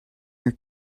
your